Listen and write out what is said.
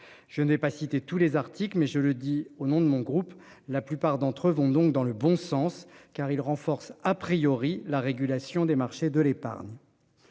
Je n'ai pas citer tous les articles. Mais je le dis au nom de mon groupe, la plupart d'entre eux vont donc dans le bon sens car il renforce à priori la régulation des marchés de l'épargne.